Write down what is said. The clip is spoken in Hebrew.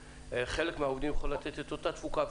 חלק מהעובדים יכולים לתת את אותה תפוקה מהבית,